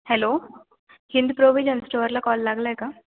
hello Hind provision स्टोअरला call लागला आहे का